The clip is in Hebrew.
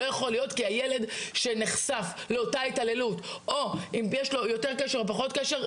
כי הילד שנחשף לאותה התעללות או אם יש לו יותר קשר או פחות קשר,